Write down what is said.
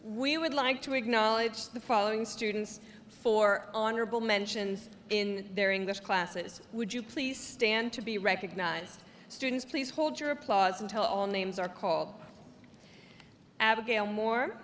we would like to acknowledge the following students for honorable mentions in their english classes would you please stand to be recognized students please hold your applause until all names are called abigail moore